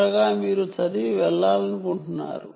త్వరగా మీరు చదివి వెళ్లాలనుకుంటున్నారు